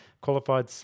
qualified